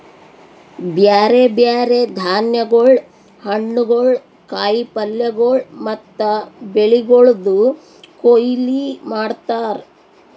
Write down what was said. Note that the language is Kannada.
ಬ್ಯಾರೆ ಬ್ಯಾರೆ ಧಾನ್ಯಗೊಳ್, ಹಣ್ಣುಗೊಳ್, ಕಾಯಿ ಪಲ್ಯಗೊಳ್ ಮತ್ತ ಬೆಳಿಗೊಳ್ದು ಕೊಯ್ಲಿ ಮಾಡ್ತಾರ್